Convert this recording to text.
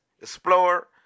explorer